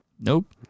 Nope